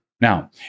Now